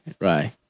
right